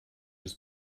des